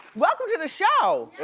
welcome to the show!